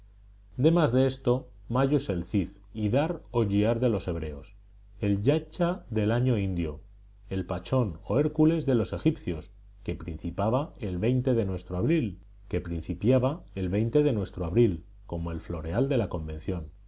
demás de esto mayo es el zif ydar o yiar de los hebreos el djiaichtha del año indio el pachon o hércules de los egipcios que principiaba el de nuestro abril que principiaba el de nuestro abril como el floreal de la convención